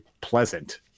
pleasant